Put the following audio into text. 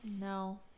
No